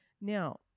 Now